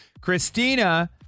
Christina